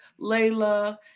Layla